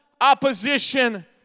opposition